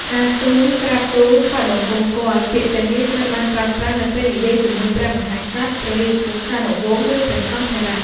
ការទូល ក្រាបទូល ថ្វាយបង្គំគាល់ ពាក្យទាំងនេះត្រូវបានប្រើប្រាស់នៅពេលនិយាយជាមួយព្រះមហាក្សត្រ ព្រះរាជវង្សានុវង្ស ឬព្រះសង្ឃថេរ។